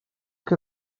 que